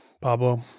Pablo